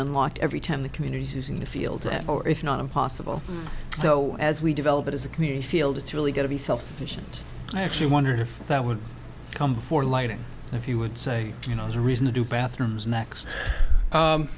unlocked every time the communities using the field to add more if not impossible so as we develop it as a community field it's really going to be self sufficient and i actually wondered if that would come for lighting if you would say you know there's a reason to do bathrooms next